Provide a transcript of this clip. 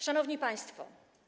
Szanowni Państwo!